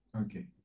okay